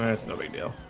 there's no big deal